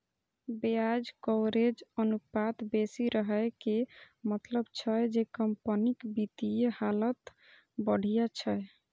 ब्याज कवरेज अनुपात बेसी रहै के मतलब छै जे कंपनीक वित्तीय हालत बढ़िया छै